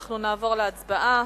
אנחנו נעבור להצבעה.